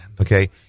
okay